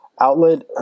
outlet